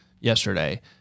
yesterday